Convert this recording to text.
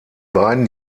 beiden